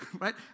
Right